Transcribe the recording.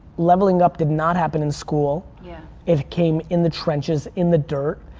leveling up did not happen in school. yeah it came in the trenches, in the dirt,